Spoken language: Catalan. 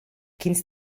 quins